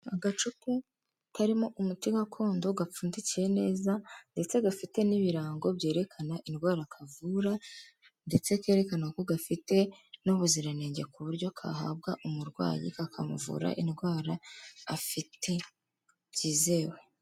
Agacupa karimo umuti gakondo gapfundikiye neza ndetse gafite n'ibirango byerekana indwara kavura ndetse kerekana ko gafite n'ubuziranenge, ku buryo kahabwa umurwayi kakamuvura indwara afite byizewe.